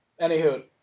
Anywho